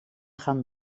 gaan